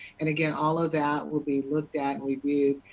and again, all of that will be looked at, reviewed.